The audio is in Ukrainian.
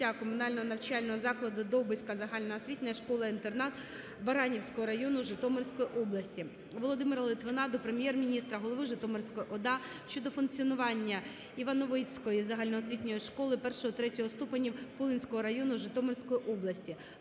комунального навчального закладу "Довбиська загальноосвітня школа-інтернат" Баранівського району Житомирської області. Володимира Литвина до Прем'єр-міністра, голови Житомирської ОДА щодо функціонування Івановицької загальноосвітньої школи І-ІІІ ступенів Пулинського району Житомирської області.